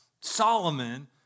Solomon